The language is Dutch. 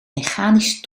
mechanisch